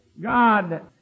God